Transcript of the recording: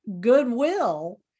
goodwill